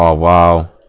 ah while